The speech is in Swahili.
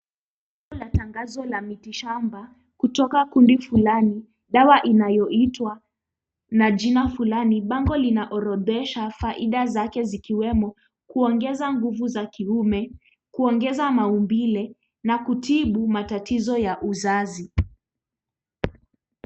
Bima la tangazo la miti shamba kutoka kundi fulani, dawa inayo itwa na jina flani. Bango inaorodhesha faida zake zikiwemo kuongeza nguvu za kiume, kuongeza maumbile na kutibu matatizo ya uzazi.